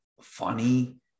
funny